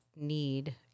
need